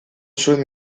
zuen